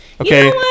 Okay